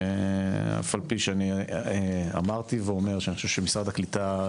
אף על פי שאני אמרתי ואומר שאני חושב שמשרד הקליטה,